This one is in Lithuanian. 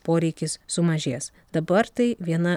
poreikis sumažės dabar tai viena